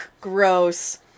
gross